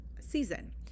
season